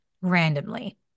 randomly